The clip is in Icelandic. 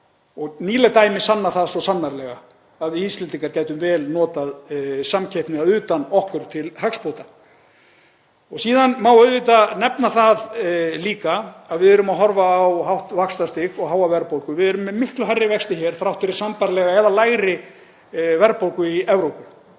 og nýleg dæmi sanna það svo sannarlega að við Íslendingar gætum vel notað samkeppni að utan okkur til hagsbóta. Síðan má auðvitað nefna það líka að við erum að horfa á hátt vaxtastig og háa verðbólgu. Við erum með miklu hærri vexti hér þrátt fyrir sambærilega eða lægri verðbólgu í Evrópu.